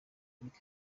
eric